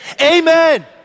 amen